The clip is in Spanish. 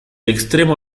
extremo